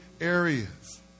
areas